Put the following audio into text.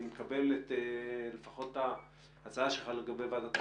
אני מקבל את ההצעה שלך לגבי ועדת הכספים.